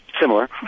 similar